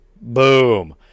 boom